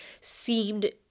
seemed